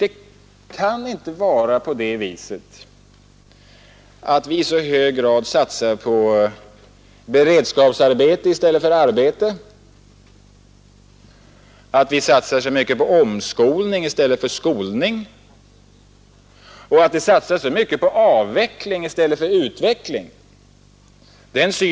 Det kan inte vara på det viset att vi i så hög grad satsar på beredskapsarbete i stället för arbete, att vi satsar så mycket på omskolning i stället för skolning och att det blir så mycket avveckling i stället för utveckling.